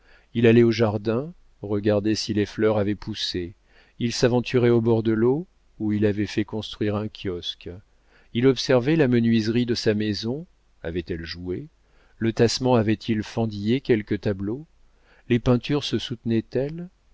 il allait au jardin regardait si les fleurs avaient poussé il s'aventurait au bord de l'eau où il avait fait construire un kiosque il observait la menuiserie de sa maison avait-elle joué le tassement avait-il fendillé quelque tableau les peintures se soutenaient elles